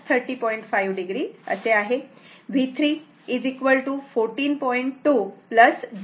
5 o असे आहे V3 14